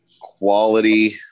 quality